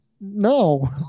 No